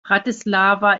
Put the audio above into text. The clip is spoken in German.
bratislava